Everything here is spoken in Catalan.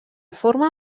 forma